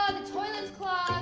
the toilet's clogged!